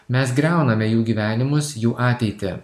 mes griauname jų gyvenimus jų ateitį